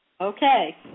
Okay